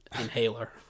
inhaler